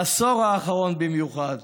בעשור האחרון במיוחד,